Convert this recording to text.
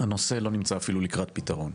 שהנושא לא נמצא אפילו לקראת פתרון.